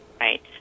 right